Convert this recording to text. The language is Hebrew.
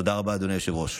תודה רבה, אדוני היושב-ראש.